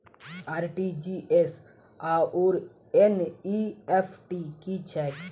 RTGS आओर NEFT की छैक?